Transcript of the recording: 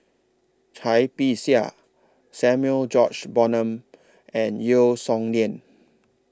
Cai Bixia Samuel George Bonham and Yeo Song Nian